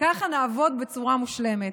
נעבוד ככה, בצורה מושלמת.